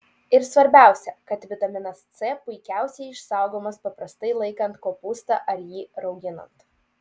ir svarbiausia kad vitaminas c puikiausiai išsaugomas paprastai laikant kopūstą ar jį rauginant